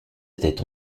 était